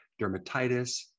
dermatitis